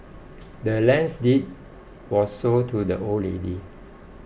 the land's deed was sold to the old lady